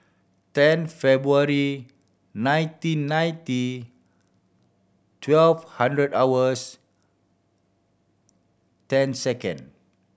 ten February nineteen ninety twelve hundred hours ten second